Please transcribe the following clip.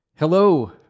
Hello